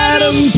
Adam